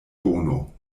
bono